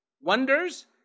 wonders